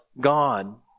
God